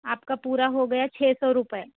आप का पूरा हो गया छः सौ रुपए